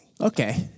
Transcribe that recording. Okay